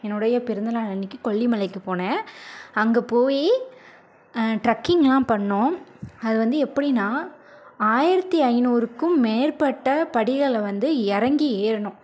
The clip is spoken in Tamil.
என்னுடைய பிறந்த நாள் அன்றைக்கு கொல்லிமலைக்குப் போனேன் அங்கே போய் டிரக்கிங்லாம் பண்ணோம் அது வந்து எப்படின்னால் ஆயிரத்தி ஐந்நூறுக்கும் மேற்பட்ட படிகளை வந்து இறங்கி ஏறணும்